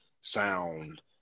sound